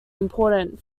important